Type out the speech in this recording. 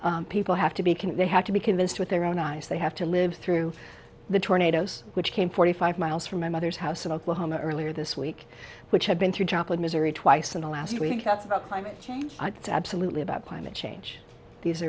time people have to be can they have to be convinced with their own if they have to live through the tornadoes which came forty five miles from my mother's house in oklahoma earlier this week which had been through joplin missouri twice in the last week that's climate change it's absolutely about climate change these